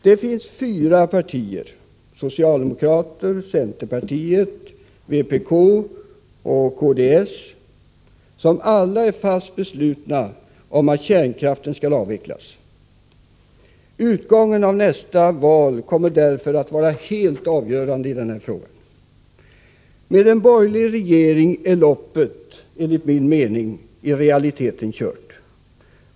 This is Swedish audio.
Det finns fyra partier — socialdemokrater, centerpartiet, vpk och kds — som alla är fast beslutna om att kärnkraften skall avvecklas. Utgången av nästa val kommer därför att vara helt avgörande när det gäller den här frågan. Med en borgerlig regering är loppet, enligt min mening, i realiteten kört.